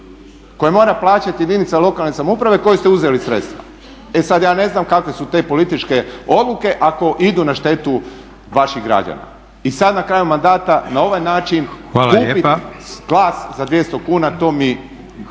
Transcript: koje mora plaćati jedinica lokalne samouprave kojoj ste uzeli sredstva. E sad ja ne znam kakve su te političke odluke ako idu na štetu vaših građana. I sad na kraju mandata na ovaj način kupiti glas za 200 kuna.